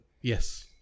Yes